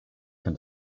can